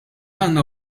għandna